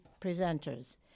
presenters